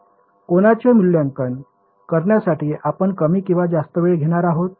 कोणाचे मूल्यांकन करण्यासाठी आपण कमी किंवा जास्त वेळ घेणार आहोत